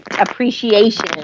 Appreciation